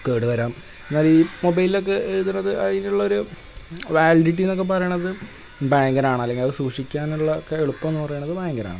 കേടു വരാം എന്നാലീ മൊബൈലിലൊക്കെ എഴുതണത് അതിനുള്ളൊരു വാലിഡിറ്റിയെന്നൊക്കെ പറയണത് ഭയങ്കരമാണത് അല്ലെങ്കിലത് സൂക്ഷിക്കനുള്ളൊക്കെ എളുപ്പമാന്ന് പറയണത് ഭയങ്കരമാണ്